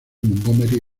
montgomery